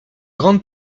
grande